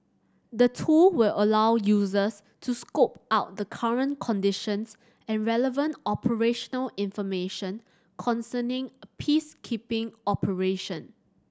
the tool will allow users to scope out the current conditions and relevant operational information concerning a peacekeeping operation